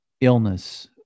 illness